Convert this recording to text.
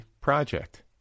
project